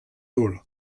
holl